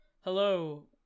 hello